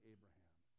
Abraham